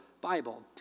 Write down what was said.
Bible